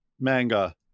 manga